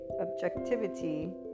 Objectivity